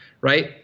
right